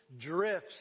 drifts